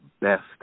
best